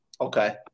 Okay